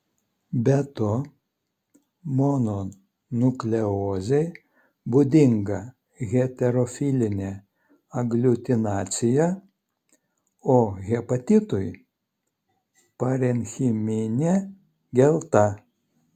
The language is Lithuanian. be to mononukleozei būdinga heterofilinė agliutinacija o hepatitui parenchiminė gelta